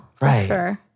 Right